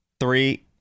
three